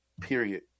Period